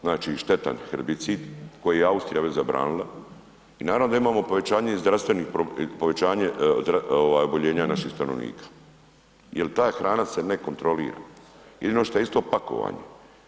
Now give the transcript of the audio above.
Znači štetan herbicid koji je Austrija već zabranila i naravno da imamo povećanje i zdravstvenih, povećanje oboljenja naših stanovnika jel ta hrana se ne kontrolira, jedino šta je isto pakovanje.